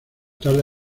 tarde